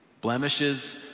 blemishes